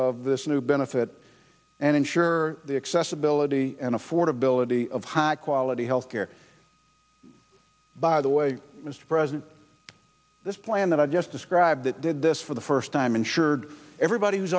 of this new benefit and ensure the accessibility and affordability of high quality health care by the way mr president this plan that i just described that did this for the first time insured everybody who's